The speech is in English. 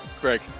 Greg